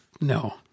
No